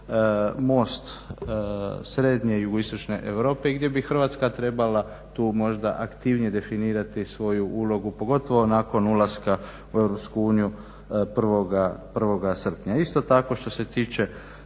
most srednje i jugoistočne Europe i gdje bi Hrvatska trebala tu možda aktivnije definirati svoju ulogu, pogotovo nakon ulaska u EU 1. srpnja. Isto tako, što se tiče